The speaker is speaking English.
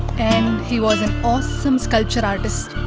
and he was an awesome sculpture artist.